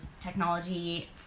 technology